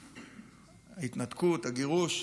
ההתנתקות, הגירוש.